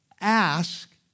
ask